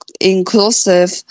inclusive